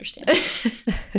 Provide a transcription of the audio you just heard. understand